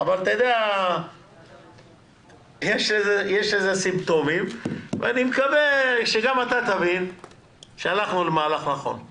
אבל אני מקווה שגם אתה תבין שהלכנו למהלך נכון.